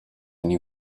new